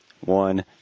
One